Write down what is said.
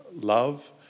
love